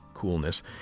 coolness